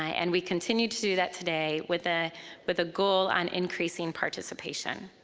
and we continue to do that today with ah with a goal on increasing participation.